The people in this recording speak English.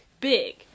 Big